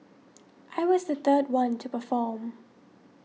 I was the third one to perform